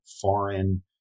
foreign